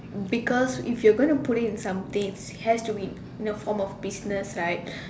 because if you are going to put into something it has to be in the form of business right